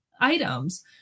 items